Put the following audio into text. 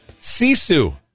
Sisu